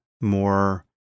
more